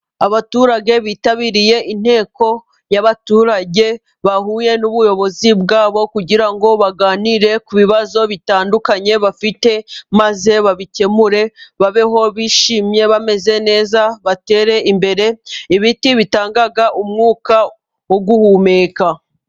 Abaturage bitabiriye inteko y'abaturage, bahuye n'ubuyobozi bwabo kugira ngo baganire ku bibazo bitandukanye bafite, maze babikemure babeho bishimye bameze neza ,batere imbere. Ibiti bitanga umwuka wo guhumeka.